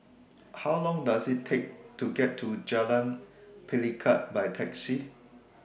How Long Does IT Take to get to Jalan Pelikat By Taxi